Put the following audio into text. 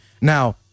Now